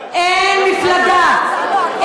אין מפלגה,